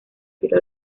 tiro